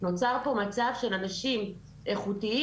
נוצר פה מצב של אנשים איכותיים,